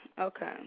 Okay